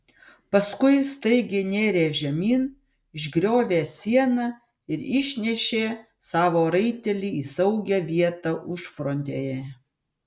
paskui staigiai nėrė žemyn išgriovė sieną ir išnešė savo raitelį į saugią vietą užfrontėje